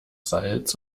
salz